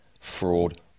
fraud